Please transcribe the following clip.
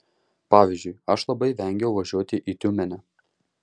pavyzdžiui aš labai vengiau važiuoti į tiumenę